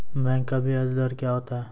Bank का ब्याज दर क्या होता हैं?